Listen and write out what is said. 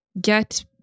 get